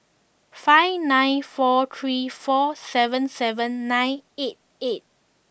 five nine four three four seven seven nine eight eight